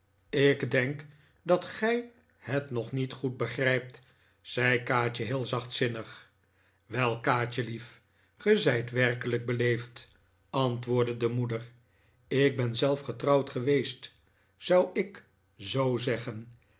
ik denk dat gij het nog niet goed begrijpt zei kaatje heel zachtzinnig wel kaatjelief ge zijt werkelijk beleefd antwoordde de moeder ik ben zelf getrouwd geweest zou ik zoo zeggen